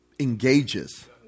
engages